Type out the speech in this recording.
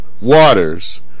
Waters